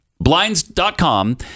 Blinds.com